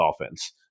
offense